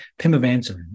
Pimavanserin